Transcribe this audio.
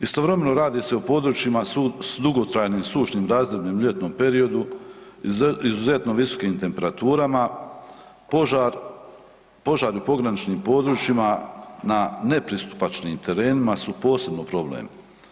Istovremeno radi se o područjima s dugotrajnim sušnim razdobljem u ljetnom periodu, izuzetno visokim temperaturama, požar, požar u pograničnim područjima na nepristupačnim terenima su posebno problem.